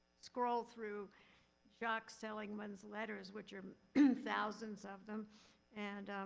scroll through jacques seligman's letters, which are thousands of them and,